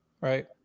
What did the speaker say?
Right